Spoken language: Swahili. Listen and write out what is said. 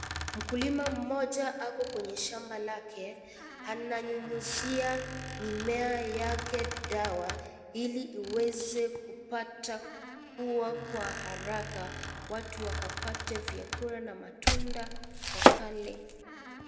Mkulima mmoja ako kwenye shamba lake, ananyunyuzia mimea yake dawa, ili iweze kupata kua kwa haraka, watu wakapate vyakula na matunda wakale.